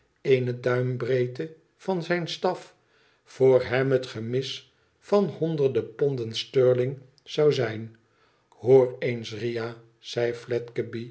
eene duimbreedte van zijn staf voor hem het gemis van honderden ponden sterling zou zijn hoor eens ria zei